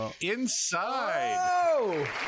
Inside